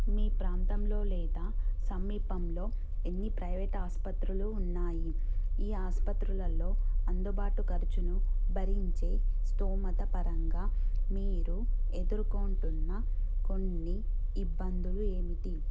మీ ప్రాంతంలో లేదా సమీపంలో ఎన్ని ప్రైవేట్ ఆసుపత్రులు ఉన్నాయి ఈ ఆసుపత్రులలో అందుబాటు ఖర్చును భరించే స్థోమత పరంగా మీరు ఎదుర్కొంటున్న కొన్ని ఇబ్బందులు ఏమిటి